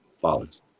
follows